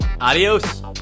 Adios